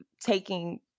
taking